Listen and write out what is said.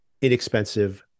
inexpensive